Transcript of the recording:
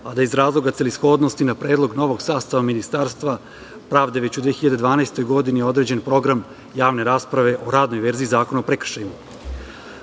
a da je iz razloga celishodnosti na predlog novog sastava Ministarstva pravde već u 2012. godini određen program javne rasprave o radnoj verziji Zakona o prekršajima. Rezultat